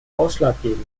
ausschlaggebend